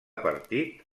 partit